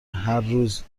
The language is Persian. هرروز